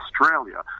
Australia